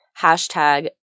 hashtag